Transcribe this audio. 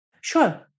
Sure